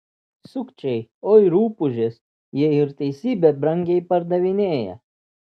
sukčiai oi rupūžės jie ir teisybę brangiai pardavinėja